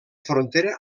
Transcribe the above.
frontera